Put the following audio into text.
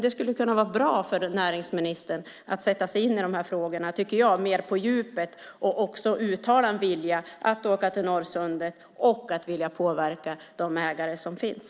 Det skulle vara bra för näringsministern att sätta sig in i dessa frågor mer på djupet, att också uttala en vilja att åka till Norrsundet och att vilja påverka de ägare som finns.